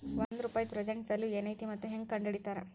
ಒಂದ ರೂಪಾಯಿದ್ present value ಏನೈತಿ ಮತ್ತ ಹೆಂಗ ಕಂಡಹಿಡಿತಾರಾ